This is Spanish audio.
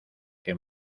que